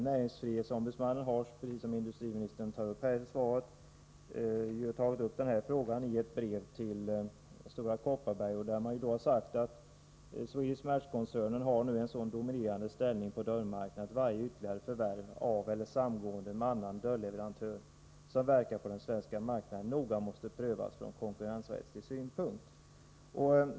Näringsfrihetsombudsmannen har, som industriministern nämner i sitt svar, tagit upp frågan om dörrtillverkningen i ett brev till Stora Kopparberg, där det framhålls att Swedish Match-koncernen nu har en sådan dominerande ställning på dörrmarknaden att varje ytterligare förvärv av eller samgående med annan dörrleverantör som verkar på den svenska marknaden noga måste prövas från konkurrensrättslig synpunkt.